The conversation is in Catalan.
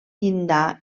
llindar